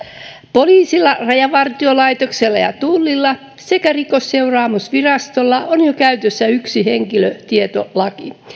poliisilla rajavartiolaitoksella ja tullilla sekä rikosseuraamusvirastolla on jo käytössä yksi henkilötietolaki